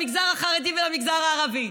למגזר החרדי ולמגזר הערבי.